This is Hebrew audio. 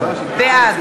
בעד